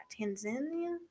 tanzania